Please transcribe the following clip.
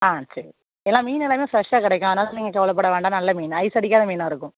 ஆ சரி எல்லா மீன் எல்லாமே ஃப்ரெஷ்ஷாக கிடைக்கும் அதனால் நீங்கள் கவலைப்பட வேண்டாம் நல்ல மீன் ஐஸ் அடிக்காத மீனாக இருக்கும்